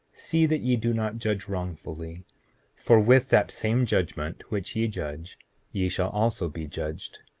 see that ye do not judge wrongfully for with that same judgment which ye judge ye shall also be judged.